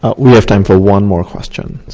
ah we have time for one more question.